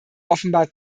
offenbar